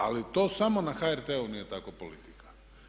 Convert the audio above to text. Ali to samo na HRT-u nije takva politika.